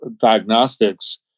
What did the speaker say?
diagnostics